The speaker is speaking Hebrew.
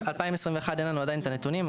עדיין אין לנו את הנתונים,